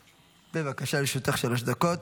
בבקשה, לרשותך שלוש דקות.